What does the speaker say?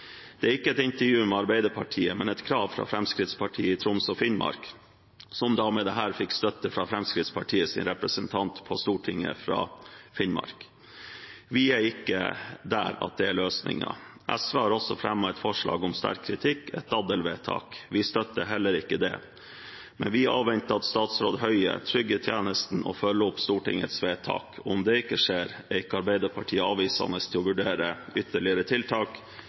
Det er ikke et intervju med Arbeiderpartiet, men et krav fra Fremskrittspartiet i Troms og Finnmark, som med dette fikk støtte fra Fremskrittspartiets representant på Stortinget fra Finnmark. Vi er ikke der at det er løsningen. SV har også fremmet et forslag om sterk kritikk, et daddelvedtak. Vi støtter heller ikke det. Men vi avventer at statsråd Høie trygger tjenesten og følger opp Stortingets vedtak. Om det ikke skjer, er ikke Arbeiderpartiet avvisende til å vurdere ytterligere tiltak,